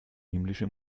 himmlische